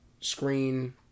screen